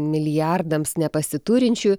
milijardams nepasiturinčių